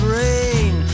rain